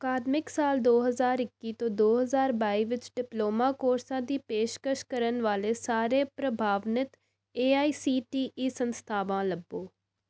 ਅਕਾਦਮਿਕ ਸਾਲ ਦੋ ਹਜ਼ਾਰ ਇੱਕੀ ਤੋਂ ਦੋ ਹਜ਼ਾਰ ਬਾਈ ਵਿੱਚ ਡਿਪਲੋਮਾ ਕੋਰਸਾਂ ਦੀ ਪੇਸ਼ਕਸ਼ ਕਰਨ ਵਾਲੇ ਸਾਰੇ ਪ੍ਰਵਾਨਿਤ A I C T E ਸੰਸਥਾਵਾਂ ਲੱਭੋ